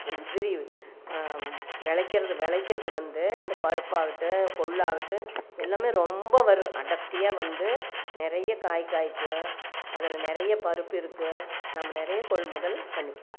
உதிரி விளைக்கிறது விளைக்கிறது வந்து இந்த பருப்பாகட்டும் கொள்ளாகட்டும் எல்லாம் ரொம்ப வரும் அடர்த்தியாக வந்து நிறைய காய் காய்க்கும் அதில் நிறைய பருப்பிருக்கும் நம்ம நிறைய கொள்முதல் பண்ணிக்கலாம்